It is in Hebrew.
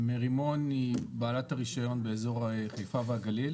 מרימון היא בעלת הרישיון באזור חיפה והגליל